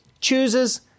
chooses